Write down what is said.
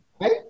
Right